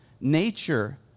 nature